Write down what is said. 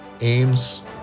aims